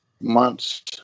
months